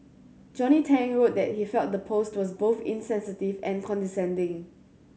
Johnny Tang wrote that he felt the post was both insensitive and condescending